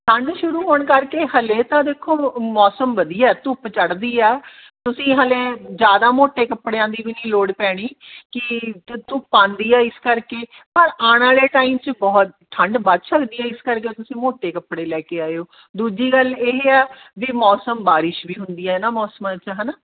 ਠੰਢ ਸ਼ੁਰੂ ਹੋਣ ਕਰਕੇ ਹਾਲੇ ਤਾਂ ਦੇਖੋ ਮੌਸਮ ਵਧੀਆ ਧੁੱਪ ਚੜਦੀ ਆ ਤੁਸੀਂ ਹਾਲੇ ਜ਼ਿਆਦਾ ਮੋਟੇ ਕੱਪੜਿਆਂ ਦੀ ਵੀ ਨਹੀਂ ਲੋੜ ਪੈਣੀ ਕਿ ਧੁੱਪ ਆਉਂਦੀ ਆ ਇਸ ਕਰਕੇ ਪਰ ਆਉਣ ਵਾਲੇ ਟਾਈਮ 'ਚ ਬਹੁਤ ਠੰਡ ਵੱਧ ਸਕਦੀ ਹੈ ਇਸ ਕਰਕੇ ਤੁਸੀਂ ਮੋਟੇ ਕੱਪੜੇ ਲੈ ਕੇ ਆਇਓ ਦੂਜੀ ਗੱਲ ਇਹ ਆ ਵੀ ਮੌਸਮ ਬਾਰਿਸ਼ ਵੀ ਹੁੰਦੀ ਹੈ ਨਾ ਮੌਸਮਾਂ 'ਚ ਹੈ ਨਾ